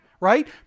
right